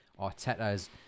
Arteta's